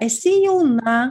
esi jauna